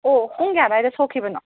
ꯑꯣ ꯄꯨꯡ ꯀꯌꯥ ꯑꯗꯥꯏꯗ ꯁꯣꯛꯈꯤꯕꯅꯣ